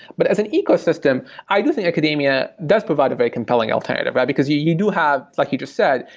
but as an ecosystem, i do think academia does provide a very compelling alternative, because you you do have like you just said.